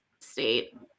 State